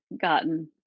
gotten